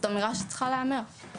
זאת אמירה שצריכה להיאמר.